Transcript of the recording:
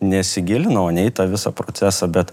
nesigilinau ane į tą visą procesą bet